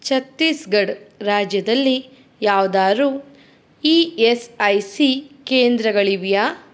ಛತ್ತೀಸ್ಗಢ ರಾಜ್ಯದಲ್ಲಿ ಯಾವ್ದಾದ್ರೂ E S I C ಕೇಂದ್ರಗಳಿವೆಯಾ